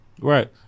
Right